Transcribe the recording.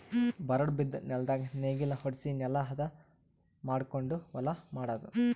ಬರಡ್ ಬಿದ್ದ ನೆಲ್ದಾಗ ನೇಗಿಲ ಹೊಡ್ಸಿ ನೆಲಾ ಹದ ಮಾಡಕೊಂಡು ಹೊಲಾ ಮಾಡದು